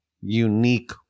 unique